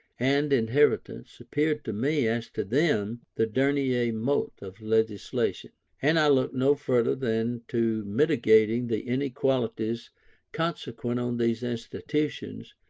and inheritance, appeared to me, as to them, the dernier mot of legislation and i looked no further than to mitigating the inequalities consequent on these institutions,